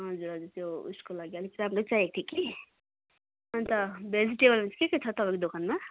हजुर हजुर त्यो उएसको लागि अलिक राम्रै चाहिएको थियो कि अन्त भेजिटेबल के के छ तपाईँको दोकानमा